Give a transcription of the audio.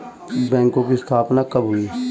बैंकों की स्थापना कब हुई?